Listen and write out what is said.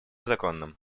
законным